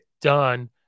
done